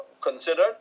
considered